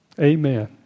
Amen